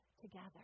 together